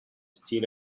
still